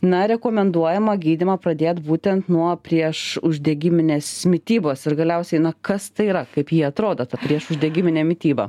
na rekomenduojama gydymą pradėt būtent nuo prieš uždegiminės mitybos ir galiausiai na kas tai yra kaip ji atrodo ta priešuždegiminė mityba